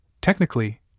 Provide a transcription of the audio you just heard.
Technically